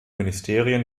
ministerien